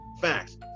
facts